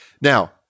Now